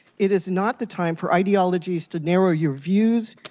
it is not the time for ideologies to narrow your views.